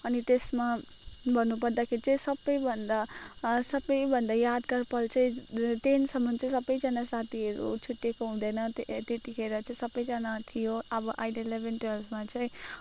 अनि त्यसमा भन्नुपर्दाखेरि चाहिँ सबैभन्दा सबैभन्दा यादगार पल चाहिँ टेनसम्म चाहिँ सबैजना साथीहरू छुटिएको हुँदैन त्यतिखेर चाहिँ सबैजना थियो अब अहिले इलेभेन ट्वेल्भमा चाहिँ